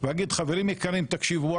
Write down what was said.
ואגיד חברים יקרים תקשיבו,